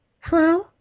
Hello